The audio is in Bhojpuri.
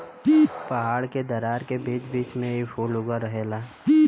पहाड़ के दरार के बीच बीच में इ फूल उगल रहेला